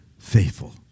faithful